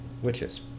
Witches